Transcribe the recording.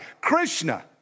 Krishna